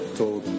told